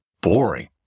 boring